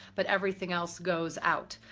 but everything else goes out.